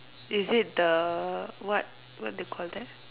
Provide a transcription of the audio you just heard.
is it the what what you call that